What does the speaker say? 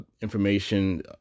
information